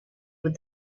with